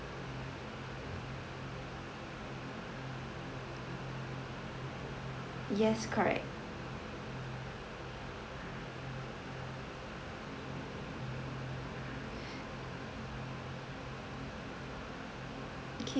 yes correct okay